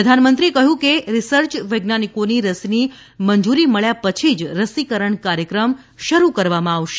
પ્રધાનમંત્રીએ કહ્યું કે રિર્સય વૈજ્ઞાનિકોની રસીની મંજૂરી મળ્યા પછી જ રસીકરણ કાર્યક્રમ શરૂ કરવામાં આવશે